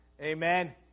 Amen